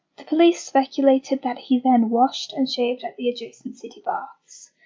the police speculated that he then washed and shaved at the adjacent city baths,